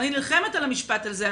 אני נלחמת על המשפט הזה.